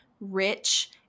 rich